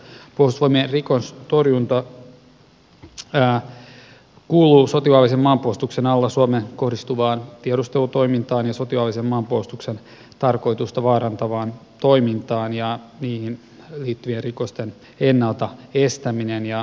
puolustusvoimien rikostorjunta on rajattu sotilaallisen maanpuolustuksen alla suomeen kohdistuvaan tiedustelutoimintaan ja sotilaallisen maanpuolustuksen tarkoitusta vaarantavaan toimintaan ja siihen kuuluu niihin liittyvien rikosten ennalta estäminen ja paljastaminen